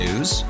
News